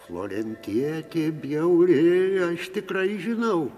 florentietė bjauri aš tikrai žinau